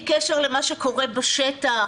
בלי קשר למה שקורה בשטח.